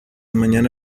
mañana